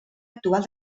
actual